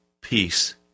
peace